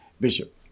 Bishop